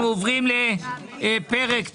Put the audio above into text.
אנחנו עוברים לדיון הבא.